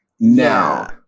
now